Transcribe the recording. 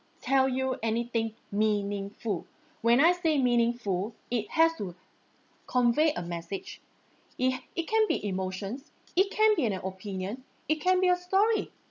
tell you anything meaningful when I sty meaningful it has to convey a message it it can be emotions it can be an opinion it can be a story